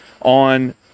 on